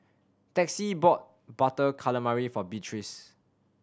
Texie bought Butter Calamari for Beatriz